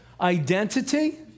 identity